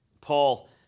Paul